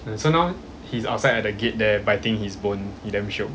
so now he's outside at the gate there biting his bone he damn shiok